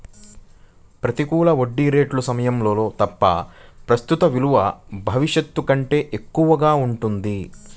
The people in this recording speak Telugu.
ప్రతికూల వడ్డీ రేట్ల సమయాల్లో తప్ప, ప్రస్తుత విలువ భవిష్యత్తు కంటే ఎక్కువగా ఉంటుంది